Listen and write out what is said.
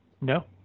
No